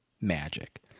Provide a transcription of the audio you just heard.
magic